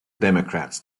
democrats